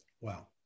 Wow